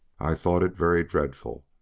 i thought it very dreadful,